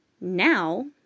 Now